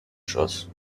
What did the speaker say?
schuss